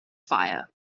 fire